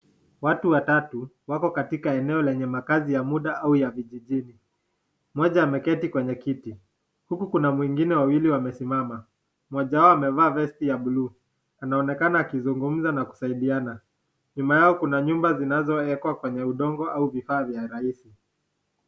Watu watatu wako katika makazi ya muda au ya vijijini. Mmoja ameketi kwenye kiti huku kun mwengine wawili wamesimama. Mmoja wao amevaa vesti ya buluu. Anaonekana akizungumza na kusaidiana, nyuma yao kuna nyumba zinazowekwa kwa udongo au vifaa vya urahisi.